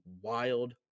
wild